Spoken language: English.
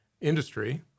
industry